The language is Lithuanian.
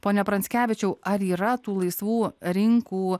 pone pranckevičiau ar yra tų laisvų rinkų